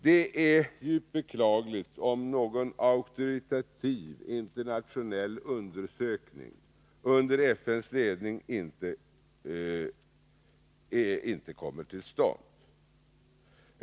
Det är djupt beklagligt om någon auktoritativ internationell undersökning under FN:s ledning inte kommer till stånd.